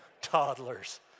Toddlers